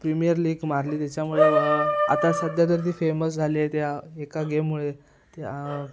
premier league मारली त्याच्यामुळे आता सध्या तर ती फेमस झाली आहे त्या एका गेममुळे त्या